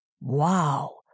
Wow